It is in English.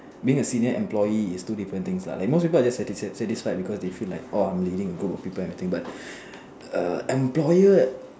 being a senior employee is two different things lah like most people are just satisfied satisfied because they feel like oh I'm leading a group of people and everything but err employer